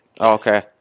okay